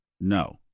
No